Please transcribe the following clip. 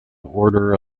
order